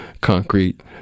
concrete